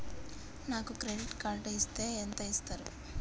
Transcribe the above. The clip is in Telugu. నాకు క్రెడిట్ కార్డు ఇస్తే ఎంత ఇస్తరు?